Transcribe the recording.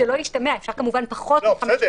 אפשר כמובן פחות מ-5,000 שקל.